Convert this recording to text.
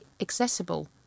accessible